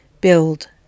build